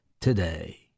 today